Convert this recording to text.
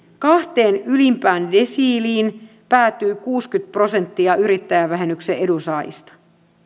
kahteen ylimpään desiiliin päätyy kuusikymmentä prosenttia yrittäjävähennyksen edunsaajista